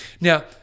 now